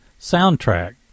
soundtrack